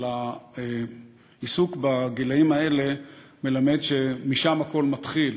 אבל העיסוק בגילאים האלה מלמד שמשם הכול מתחיל,